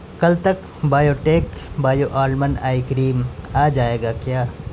کل تک biotech bio almond ice cream آ جائے گا کیا